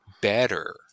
better